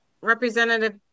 Representative